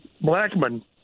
Blackman